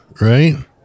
right